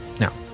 Now